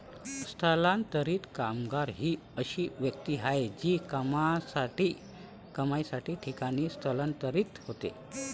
स्थलांतरित कामगार ही अशी व्यक्ती आहे जी कमाईसाठी ठिकाणी स्थलांतरित होते